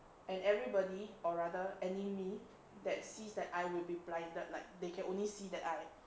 and everybody or rather enemy that sees that eye will be blinded like they can only see that eye